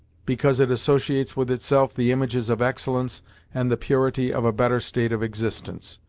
because it associates with itself the images of excellence and the purity of a better state of existence.